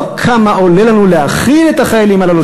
לא כמה עולה לנו להאכיל את החיילים הללו,